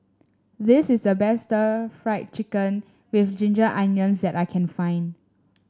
this is the best stir Fry Chicken with Ginger Onions that I can find